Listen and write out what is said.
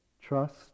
trust